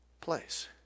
place